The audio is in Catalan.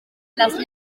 llances